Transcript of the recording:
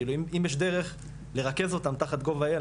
כאילו אם יש דרך לרכז אותם תחת gov.il ,